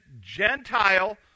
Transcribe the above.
Gentile